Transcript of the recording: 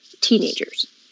teenagers